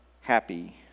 happy